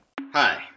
Hi